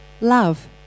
love